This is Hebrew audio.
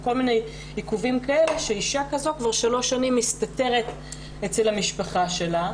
כל מיני עיכובים כאלה שאישה כזאת כבר 3 שנים מסתתרת אצל המשפחה שלה.